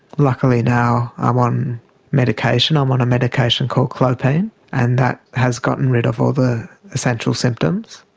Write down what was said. luckily now i'm on medication, i'm on a medication called clopine and that has gotten rid of all the essential symptoms.